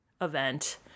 event